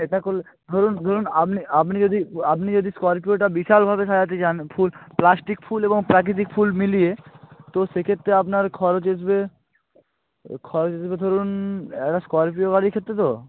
এটা কোল ধরুন ধরুন আপনি আপনি যদি আপনি যদি স্করপিওটা বিশালভাবে সাজাতে যান ফুল প্লাস্টিক ফুল এবং প্রাকৃতিক ফুল মিলিয়ে তো সেক্ষেত্রে আপনার খরচ আসবে ও খরচ আসবে ধরুন একটা স্করপিও গাড়ির ক্ষেত্রে তো